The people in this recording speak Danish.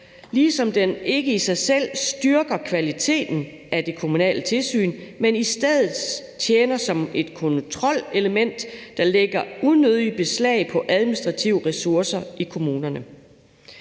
ligesom den ikke i sig selv styrker kvaliteten af det kommunale tilsyn, men i stedet tjener som kontrolelement, der lægger unødigt beslag på administrative ressourcer i kommunerne.«